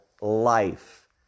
life